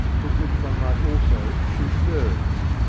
with which one might also shoot birds.